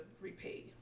repay